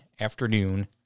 afternoon